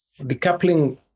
Decoupling